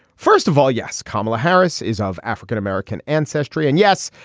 first of all, yes, kamala harris is of african-american ancestry. and, yes,